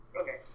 Okay